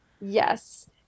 Yes